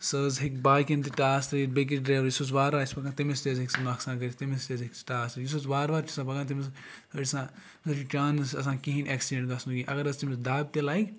سُہ حظ ہیٚکہِ باقٕیَن تہِ ٹاس ترٛٲوِتھ بیٚکِس ڈرٛیوَرس یُس حظ وارٕ وارٕ آسہِ پَکان تٔمِس تہِ حظ ہیٚکہِ سُہ نۄقصان کٔرِتھ تٔمِس تہِ حظ ہیٚکہِ سُہ ٹاس ترٛٲوِتھ یُس حظ وارٕ وارٕ چھِ آسان پَکان تٔمِس أڑۍ چھِ آسان أڑۍ چھِ چاںٕس آسان کِہیٖنۍ ایٚکسِڈٮ۪نٛٹ گژھنُک اگر حظ تٔمِس دَب تہِ لَگہِ